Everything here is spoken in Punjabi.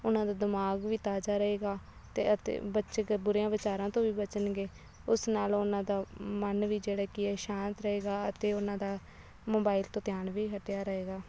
ਉਨ੍ਹਾਂ ਦਾ ਦਿਮਾਗ ਵੀ ਤਾਜ਼ਾ ਰਹੇਗਾ ਤੇ ਅਤੇ ਬੱਚੇ ਦਾ ਬੁਰਿਆਂ ਵਿਚਾਰਾਂ ਤੋਂ ਵੀ ਬਚਣਗੇ ਉਸ ਨਾਲ ਉਨ੍ਹਾਂ ਦਾ ਮਨ ਵੀ ਜਿਹੜਾ ਕੀ ਹੈ ਸ਼ਾਂਤ ਰਹੇਗਾ ਅਤੇ ਉਨ੍ਹਾਂ ਦਾ ਮੋਬਾਈਲ ਤੋਂ ਧਿਆਨ ਵੀ ਹੱਟਿਆ ਰਹੇਗਾ